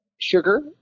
sugar